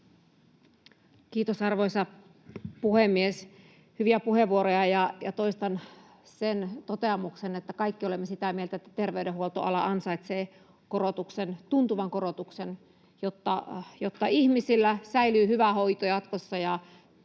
Kiitos, arvoisa puhemies! Hyviä puheenvuoroja, ja toistan sen toteamuksen, että kaikki olemme sitä mieltä, että terveydenhuoltoala ansaitsee korotuksen — tuntuvan korotuksen — jotta ihmisillä säilyy hyvä hoito jatkossa